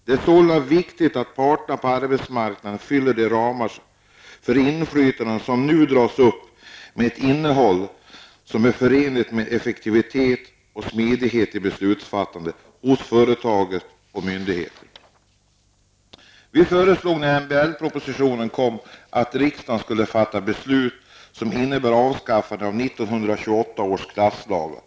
Det är sålunda viktigt att parterna på arbetsmarknaden fyller de ramar för inflytande som nu dras upp med ett innehåll som är förenligt med effektivitet och smidighet i beslutsfattandet hos företag och myndigheter.'' Vi föreslog när MBL-propositionen kom att riksdagen skulle fatta ett beslut som innebar avskaffandet av 1928 års klasslagar.